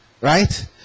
Right